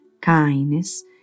kindness